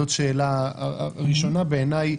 זאת שאלה ראשונה בעיניי.